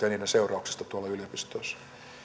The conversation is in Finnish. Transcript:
ja niiden seurauksista tuolla yliopistoissa ja